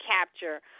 capture